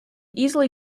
easily